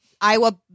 Iowa